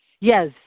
Yes